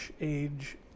age